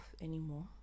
anymore